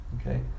Okay